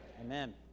amen